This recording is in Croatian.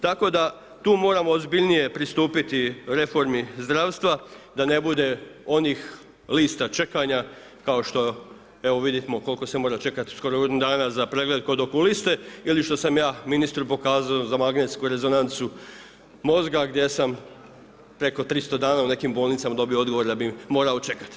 Tako da tu moramo ozbiljnije pristupiti reformi zdravstva da ne bude onih lista čekanja kao što, evo vidimo koliko se mora čekati, skoro godinu dana za pregled kod okuliste ili što sam ja ministru pokazao za magnetsku rezonancu mozga gdje sam preko 300 dana u nekim bolnicama dobio odgovor da bi morao čekati.